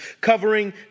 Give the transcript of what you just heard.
covering